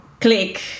click